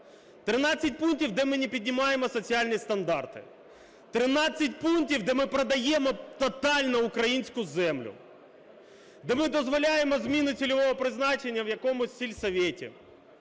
13 пунктів, де ми не піднімаємо соціальні стандарти. 13 пунктів, де ми продаємо тотально українську землю, де ми дозволяємо зміну цільового призначення в якомусь сельсовете.